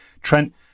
trent